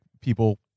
people